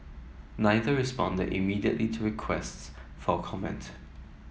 neither responded immediately to requests for comment